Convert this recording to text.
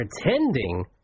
Pretending